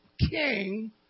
king